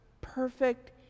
perfect